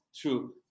true